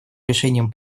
решением